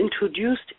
introduced